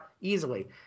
easily